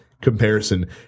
comparison